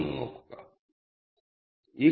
ഇനി trip details